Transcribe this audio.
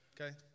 okay